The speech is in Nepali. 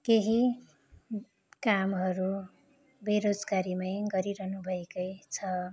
केही कामहरू बेरोजगारीमै गरिरहनु भएकै छ